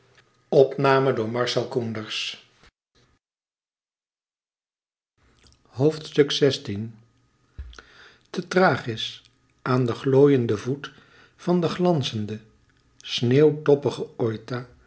te thrachis aan den glooienden voet van den glanzenden sneeuwtoppigen oita